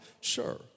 Sure